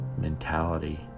mentality